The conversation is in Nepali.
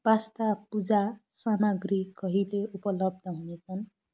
पास्ता पूजा सामग्री कहिले उपलब्ध हुनेछन्